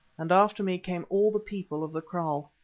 and after me came all the people of the kraal.